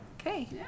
Okay